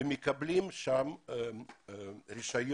והם מקבלים שם רישיון